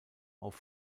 auf